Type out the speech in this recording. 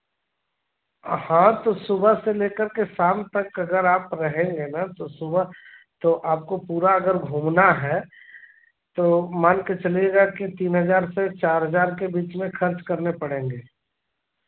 हाँ तो सुबह से लेकर के शाम तक अगर आप रहेंगे ना तो सुबह तो आपको पूरा अगर घूमना है तो मान के चलिएगा कि तीन हज़ार से चार हज़ार के बीच में खर्च करने पड़ेंगे